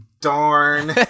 darn